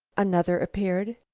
another appeared,